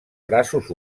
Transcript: braços